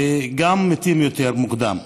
וגם מתים יותר מוקדם.